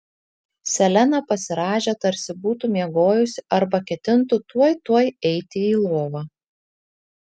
selena pasirąžė tarsi būtų miegojusi arba ketintų tuoj tuoj eiti į lovą